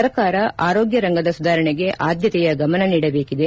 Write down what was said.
ಸರ್ಕಾರ ಆರೋಗ್ಡ ರಂಗದ ಸುಧಾರಣೆಗೆ ಆದ್ದತೆಯ ಗಮನ ನೀಡಬೇಕಿದೆ